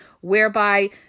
whereby